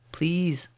Please